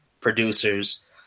Producers